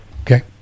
Okay